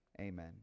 amen